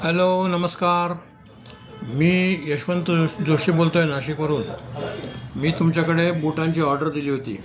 hello नमस्कार मी यशवंत जोश जोशी बोलतो आहे नाशिकवरून मी तुमच्याकडे बुटांची ऑर्डर दिली होती